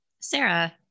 Sarah